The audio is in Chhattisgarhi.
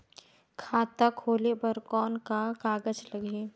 खाता खोले बर कौन का कागज लगही?